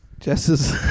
Jess's